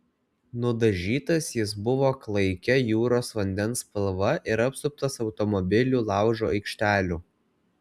nudažytas jis buvo klaikia jūros vandens spalva ir apsuptas automobilių laužo aikštelių